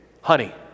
honey